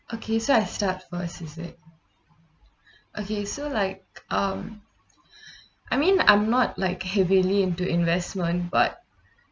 okay so I start first is it okay so like um I mean I'm not like heavily into investment but